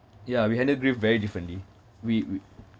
ya we handle grief very differently we we